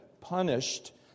punished